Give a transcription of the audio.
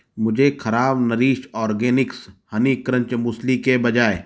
मुझे खराब Nourish Organics honey crunch muesli के बजाय